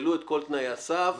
ישקלו את כל תנאי הסף ויבחנו.